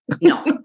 No